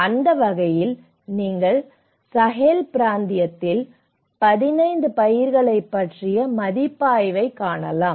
அந்த வகையில் நீங்கள் சஹேல் பிராந்தியத்தில் 15 பயிர்களைப் பற்றிய மதிப்பாய்வைக் காணலாம்